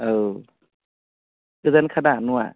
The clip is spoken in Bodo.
औ गोजानखादा न'आ